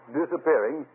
disappearing